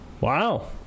wow